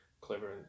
clever